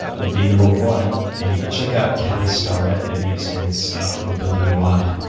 would be number one, and you can check out kelly starett, maybe you've seen his stuff, mobility wod.